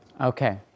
Okay